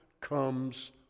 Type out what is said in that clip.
comes